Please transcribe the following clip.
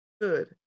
good